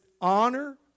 Honor